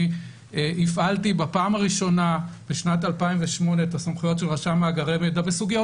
אני הפעלתי בפעם הראשונה בשנת 2008 את הסמכויות של רשם מאגרי מידע בסוגיות